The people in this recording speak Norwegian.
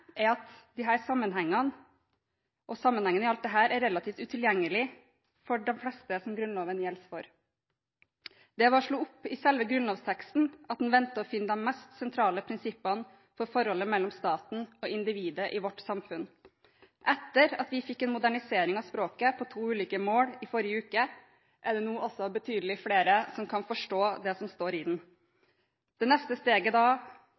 for de fleste som Grunnloven gjelder for. Det er ved å slå opp i selve grunnlovsteksten at en venter å finne de mest sentrale prinsippene for forholdet mellom staten og individet i vårt samfunn. Etter at vi fikk en modernisering av språket og to ulike målformer i forrige uke, er det nå også betydelig flere som kan forstå det som står i den. Det neste steget er da